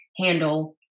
handle